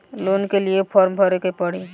Loan के लिए form भरे के पड़ी?